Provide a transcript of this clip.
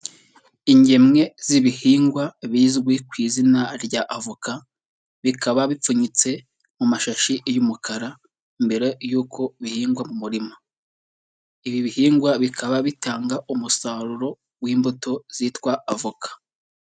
Ingemwe z'ibihingwa bizwi ku izina rya avoka, bikaba bipfunyitse mu mashashi y'umukara mbere yuko bihingwa murima, ibi bihingwa bikaba bitanga umusaruro w'imbuto zitwa avoka.